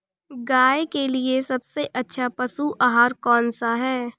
गाय के लिए सबसे अच्छा पशु आहार कौन सा है?